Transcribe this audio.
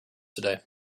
today